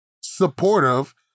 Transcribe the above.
supportive